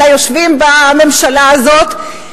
על היושבים בממשלה הזאת,